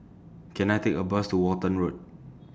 Can I Take A Bus to Walton Road